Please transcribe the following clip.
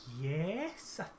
Yes